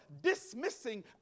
dismissing